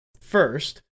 First